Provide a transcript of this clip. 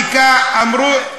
החקיקה, תסביר את הסוגיה.